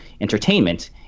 entertainment